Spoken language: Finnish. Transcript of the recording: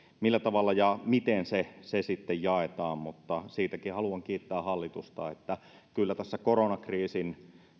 millä tavalla ja miten se se sitten jaetaan siitäkin haluan kiittää hallitusta että kyllä tässä on koronakriisin